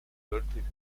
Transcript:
wörtlich